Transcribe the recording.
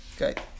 Okay